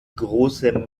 große